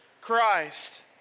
Christ